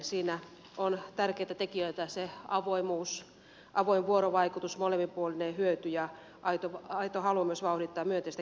siinä tärkeitä tekijöitä ovat avoimuus avoin vuorovaikutus molemminpuolinen hyöty ja aito halu myös vauhdittaa myönteistä kehitystä